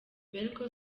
berco